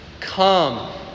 come